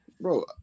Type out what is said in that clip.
Bro